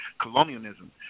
colonialism